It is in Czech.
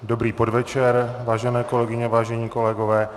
Dobrý podvečer, vážené kolegyně a vážení kolegové.